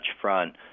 Front